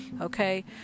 Okay